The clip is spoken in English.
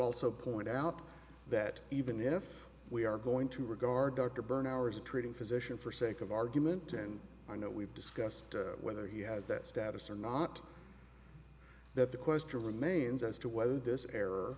also point out that even if we are going to regard dr byrne hours of treating physician for sake of argument and i know we've discussed whether he has that status or not that the question remains as to whether this error